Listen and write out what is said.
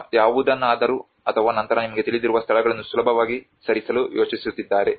ಅಥವಾ ಯಾವುದನ್ನಾದರೂ ಅಥವಾ ನಂತರ ನಿಮಗೆ ತಿಳಿದಿರುವ ಸ್ಥಳಗಳನ್ನು ಸುಲಭವಾಗಿ ಸರಿಸಲು ಯೋಚಿಸುತ್ತಿದ್ದಾರೆ